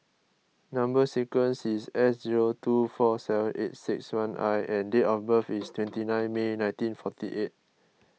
Number Sequence is S zero two four seven eight six one I and date of birth is twenty nine May nineteen forty eight